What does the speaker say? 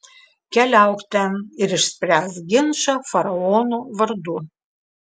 keliauk ten ir išspręsk ginčą faraono vardu